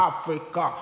Africa